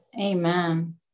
Amen